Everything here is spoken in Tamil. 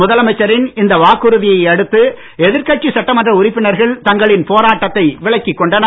முதலமைச்சரின் இந்த வாக்குறுதியை அடுத்து எதிர்கட்சி சட்டமன்ற உறுப்பினர்கள் தங்களின் போராட்டத்தை விலக்கிக் கொண்டனர்